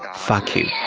fuck you.